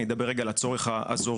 אני מדבר רגע על הצורך האזורי,